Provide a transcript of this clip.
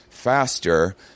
faster